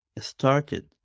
started